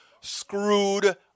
screwed